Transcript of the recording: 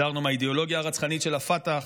הזהרנו מהאידיאולוגיה הרצחנית של הפתח,